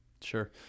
Sure